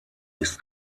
ist